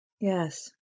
Yes